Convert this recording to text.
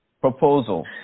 proposal